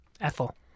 Ethel